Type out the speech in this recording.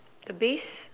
the base